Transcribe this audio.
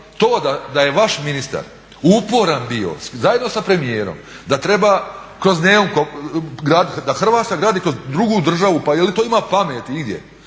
to da je vaš ministar uporan bio zajedno sa premijerom da treba kroz Neum, da Hrvatska gradi kroz drugu državu pa je li to ima pameti igdje,